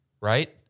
right